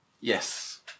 Yes